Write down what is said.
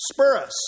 spurus